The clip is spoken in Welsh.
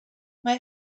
mae